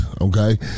okay